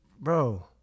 Bro